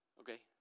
Okay